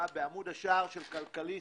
בעמוד השער של "כלכלסיט".